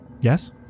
yes